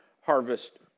Harvest